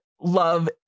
love